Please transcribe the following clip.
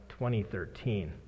2013